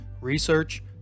research